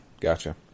gotcha